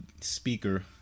speaker